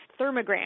thermogram